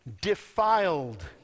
defiled